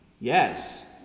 Yes